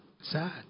Sad